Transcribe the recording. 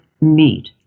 meet